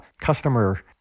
customer